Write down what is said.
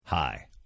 Hi